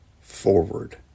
forward